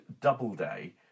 Doubleday